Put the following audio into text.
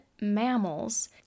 mammals